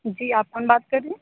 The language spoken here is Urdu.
جی آپ کون بات کر رہے ہیں